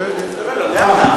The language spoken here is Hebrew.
למה?